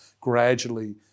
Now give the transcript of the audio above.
gradually